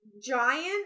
giant